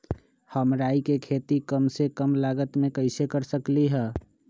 हम राई के खेती कम से कम लागत में कैसे कर सकली ह?